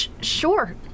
sure